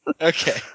Okay